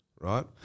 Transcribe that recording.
Right